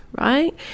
right